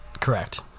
Correct